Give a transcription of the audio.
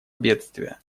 бедствия